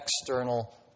external